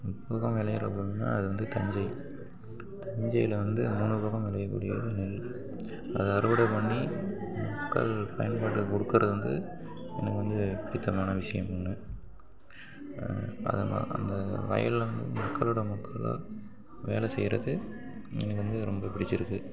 முப்போகம் விளையற பூமின்னால் அது வந்து தஞ்சை தஞ்சையில் வந்து மூணு போகம் விளையக்கூடியது நெல் அதை அறுவடை பண்ணி மக்கள் பயன்பாட்டுக்கு கொடுக்குறது வந்து எனக்கு வந்து பிடித்தமான விஷயம் ஒன்று அதை அந்த வயலில் மக்களோடய மக்களாக வேலை செய்கிறது எனக்கு வந்து ரொம்ப பிடிச்சிருக்கு